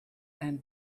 and